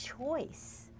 choice